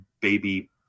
Baby